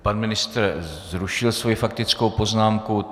Pan ministr zrušil svou faktickou poznámku.